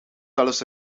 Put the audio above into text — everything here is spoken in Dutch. zelfs